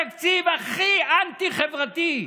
התקציב הכי אנטי-חברתי.